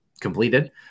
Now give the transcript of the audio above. completed